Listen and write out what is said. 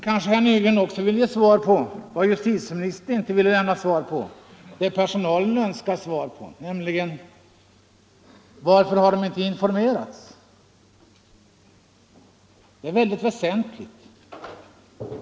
Kanske herr Nygren vill ge svar på vad justitieministern inte ville ge svar på men vad personalen önskar svar på, nämligen frågan varför personalen inte har informerats. Det är en mycket väsentlig fråga.